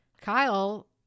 Kyle